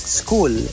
school